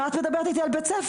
מה את מדברת איתי על בית ספר.